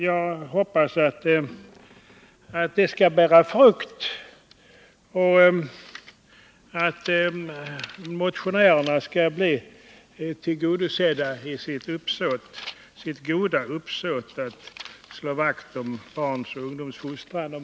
Jag hoppas att det skall bära frukt och att motionärernas goda uppsåt att slå vakt om barns och ungdoms fostran skall bli tillgodosett.